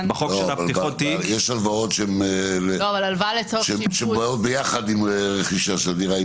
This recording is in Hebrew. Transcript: הלוואות שבאות ביחד עם רכישה של דירה,